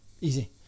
easy